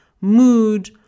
mood